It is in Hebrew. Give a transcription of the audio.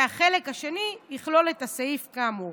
והחלק השני יכלול את הסעיף כאמור.